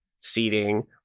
seating